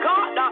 God